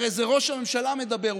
הרי זה ראש הממשלה מדבר.